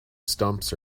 stumps